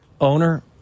owner